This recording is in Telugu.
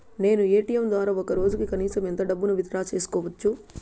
నేను ఎ.టి.ఎం ద్వారా ఒక రోజుకి కనీసం ఎంత డబ్బును విత్ డ్రా సేసుకోవచ్చు?